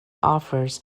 offers